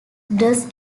does